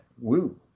Woo